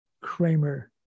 Kramer